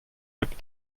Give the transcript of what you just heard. app